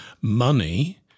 money